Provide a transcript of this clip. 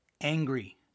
angry